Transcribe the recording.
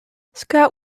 scott